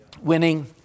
Winning